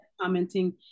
commenting